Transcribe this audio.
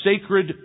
sacred